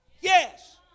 Yes